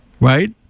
Right